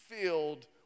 filled